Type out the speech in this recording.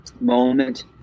moment